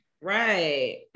Right